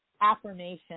affirmation